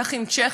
כך עם צ'כיה,